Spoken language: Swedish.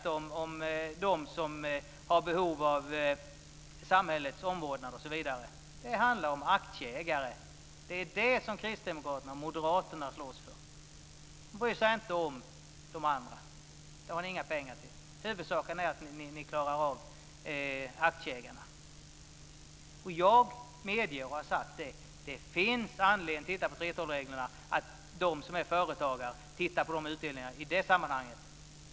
Det är inte de som har behov av samhällets omvårdnad osv., utan det handlar om aktieägare. Det är dem som kristdemokraterna och moderaterna slåss för. De har inga pengar till och bryr sig inte om de andra. Huvudsaken är att ni klarar aktieägarna. Jag medger att jag har sagt att det finns anledning att titta på 3:12-reglerna och att företagarna ser på utdelningarna i de sammanhangen.